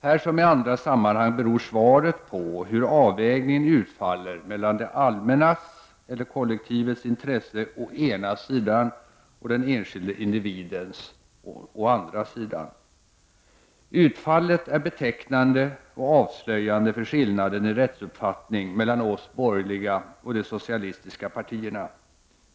Här som i andra sammanhang beror svaret på hur avvägningen utfaller mellan det allmännas, eller kollektivets, intresse å ena sidan, och den enskilde individens å andra sidan. Utfallet är betecknande och avslöjande för skillnaden i rättsuppfattning mellan oss borgerliga och de socialistiska partierna.